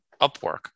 Upwork